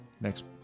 next